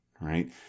Right